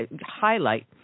highlight